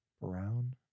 Brown